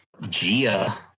Gia